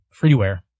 freeware